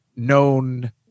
Known